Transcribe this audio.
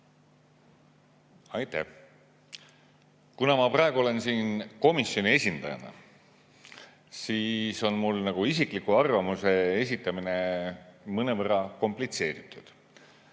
Aitäh! Kuna ma praegu olen siin komisjoni esindajana, siis on mul isikliku arvamuse esitamine mõnevõrra komplitseeritud.